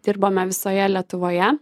dirbame visoje lietuvoje